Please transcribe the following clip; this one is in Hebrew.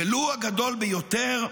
ולו הגדול ביותר,